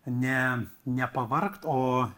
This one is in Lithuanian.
ne nepavargt o